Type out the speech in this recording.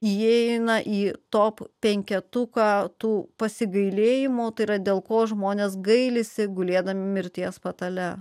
įeina į top penketuką tų pasigailėjimo tai yra dėl ko žmonės gailisi gulėdami mirties patale